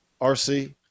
RC